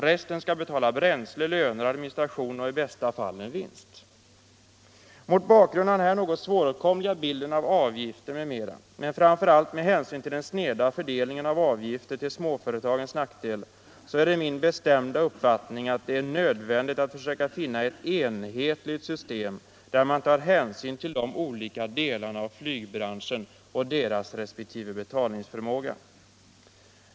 Resten skall betala bränsle, löner, administration och i bästa fall en vinst. Mot bakgrund av den här något svåråtkomliga bilden av avgifter m.m., men framför allt med hänsyn till den sneda fördelningen av avgifter till småföretagens nackdel, är det min bestämda uppfattning att det är nödvändigt att försöka finna ett enhetligt system, där man tar hänsyn till de olika delarna av flygbranschen och till deras resp. betalningsförmåga.